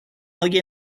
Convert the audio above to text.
hoy